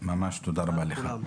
תודה רבה לך.